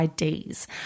IDs